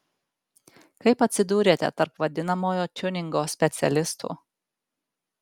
kaip atsidūrėte tarp vadinamojo tiuningo specialistų